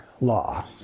Law